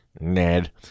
Ned